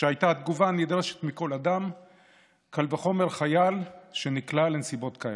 שהייתה התגובה הנדרשת מכל אדם שנקלע לנסיבות כאלה,